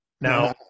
Now